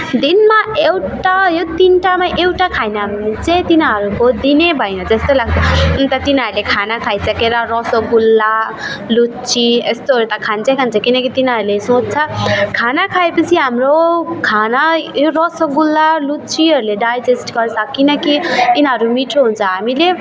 दिनमा एउटा यो तिनवटामा एउटा खाएन भने चाहिँ तिनीहरूको दिनै भएन जस्तो लाग्छ अन्त तिनीहरूले खाना खाइसकेर रसोगुल्ला लुच्ची यस्तोहरू त खान्छै खान्छ किनकि तिनीहरूले सोच्छ खाना खाए पछि हाम्रो खाना यो रसोगुल्ला लुच्चीहरूले डाइजेस्ट गर्छ किनकि यिनीहरू मिठो हुन्छ हामीले